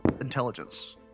intelligence